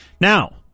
Now